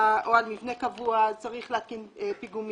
או על מבנה קבוע אז צריך להתקין פיגומים.